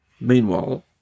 Meanwhile